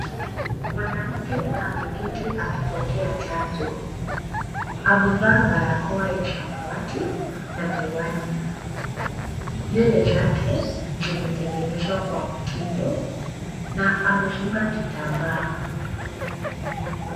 Mwanamke ameketi akipokea chanjo. Amevaa barakoa ya samawati na miwani. Nywele zake zimetengenezwa kwa mtindo na amefunga kitambaa.